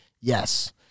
yes